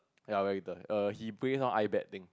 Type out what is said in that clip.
ya where he turn err he bring her iBet thing